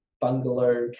bungalow